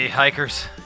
Hikers